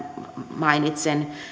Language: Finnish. mainitsen